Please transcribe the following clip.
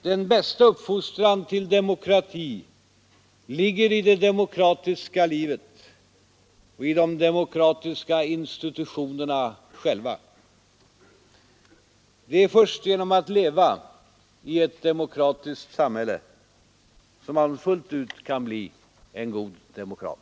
Den bästa uppfostran till demokrati ligger i det 27 februari 1974 demokratiska livet och i de demokratiska institutionerna själva. Det är först genom att leva i ett demokratiskt samhälle som man fullt ut kan bli en god demokrat.”